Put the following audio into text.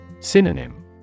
Synonym